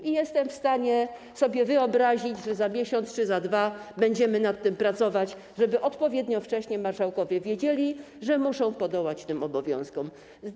I jestem w stanie sobie wyobrazić, że za miesiąc czy za dwa będziemy nad tym pracować, żeby odpowiednio wcześnie marszałkowie wiedzieli, że muszą podołać tym obowiązkom.